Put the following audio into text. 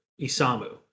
Isamu